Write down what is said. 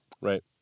Right